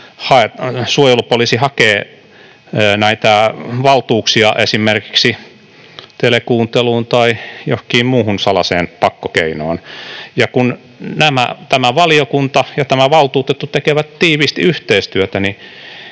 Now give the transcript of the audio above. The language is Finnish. suojelupoliisi hakee valtuuksia esimerkiksi telekuunteluun tai johkin muuhun salaiseen pakkokeinoon — ja kun tämä valiokunta ja tämä valtuutettu tekevät tiiviisti yhteistyötä,